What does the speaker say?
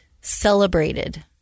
celebrated